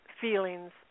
feelings